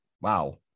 Wow